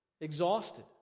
Exhausted